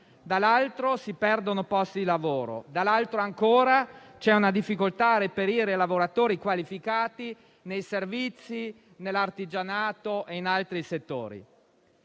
dall'altro, si perdono posti di lavoro; da un altro ancora, c'è una difficoltà a reperire lavoratori qualificati nei servizi, nell'artigianato e in altri settori.